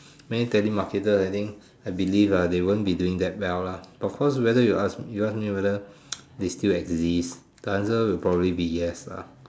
many telemarketer I think I believe ah they won't be doing that well lah of course whether you ask you ask me whether they still exist the answer will probably be yes ah